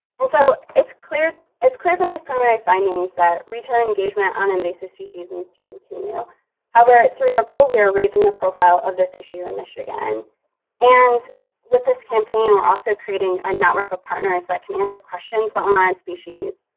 and so it's clear it's clear from these primary findings that retail engagement on invasive species needs to continue however through ripple we are raising the profile of this issue in michigan and with this campaign we're also creating a network of partners that can answer questions about unwanted um ah and species.